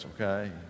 okay